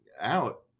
out